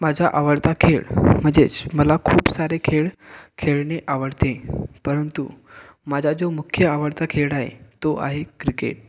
माझा आवडता खेळ म्हणजेच मला खूप सारे खेळ खेळणे आवडते परंतु माझा जो मुख्य आवडता खेळ आहे तो आहे क्रिकेट